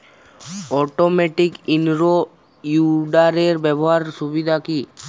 Automatic in row উইডারের ব্যবহারের সুবিধা কি?